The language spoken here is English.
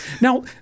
now